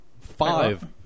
five